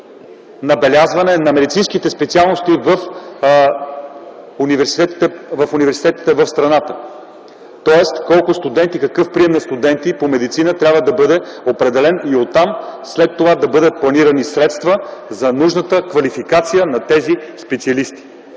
набелязване на медицинските специалности в университетите в страната, тоест какъв прием на студенти по медицина трябва да бъде определен и след това да бъдат планирани средства за нужната квалификация на тези специалисти.